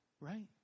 right